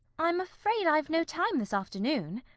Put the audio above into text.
i'm afraid i've no time, this afternoon.